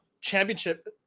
championship